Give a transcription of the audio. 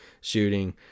shooting